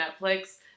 Netflix